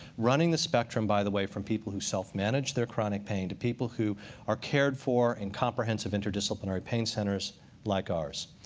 running the spectrum, by the way, from people who self-manage their chronic pain to people who are cared for in comprehensive interdisciplinary pain centers like ours.